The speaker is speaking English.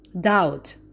doubt